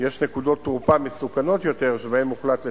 יש נקודות תורפה מסוכנות יותר שבהן הוחלט לטפל.